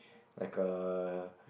like a